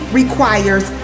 requires